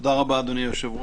תודה רבה אדוני היושב ראש.